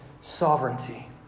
sovereignty